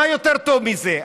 מה יותר טוב מזה?